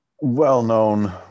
well-known